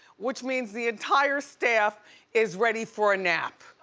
which means the entire staff is ready for a nap.